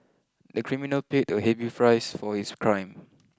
the criminal paid a heavy price for his crime